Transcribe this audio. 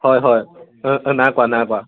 হয় হয় নাই কৰা নাই কৰা